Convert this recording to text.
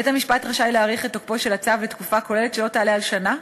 בית-המשפט רשאי להאריך את תוקפו של הצו לתקופה כוללת שלא תעלה על שנה,